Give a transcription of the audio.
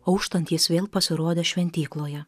auštant jis vėl pasirodė šventykloje